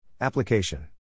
Application